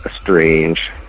strange